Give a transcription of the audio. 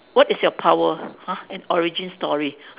what is your power !huh! and origin story